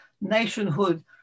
nationhood